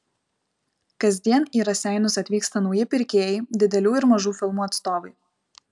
kasdien į raseinius atvyksta nauji pirkėjai didelių ir mažų firmų atstovai